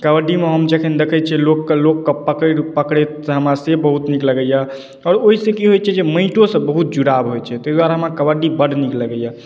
कबड्डी मे हम जखन देखै छियै लोक के लोक पकड़ि पकड़ैत तऽ हमरा से बहुत नीक लगैया आओर ओहिसँ की होइ छै जे माटिओ से बहुत जुड़ाव होइ छै ताहि दुआरे हमरा कबड्डी बड नीक लगैया